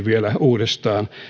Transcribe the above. vielä uudestaan